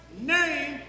name